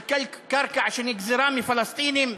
על קרקע שנגזלה מפלסטינים,